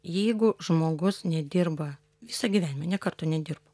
jeigu žmogus nedirba visą gyvenimą nė karto nedirbo